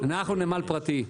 פרטי.